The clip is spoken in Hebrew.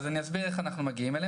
זאת אומרת, זה מה שמעניין אותי לדעת.